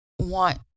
want